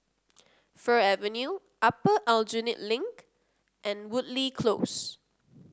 Fir Avenue Upper Aljunied Link and Woodleigh Close